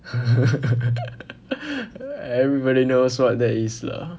everybody knows what that is lah